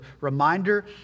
reminder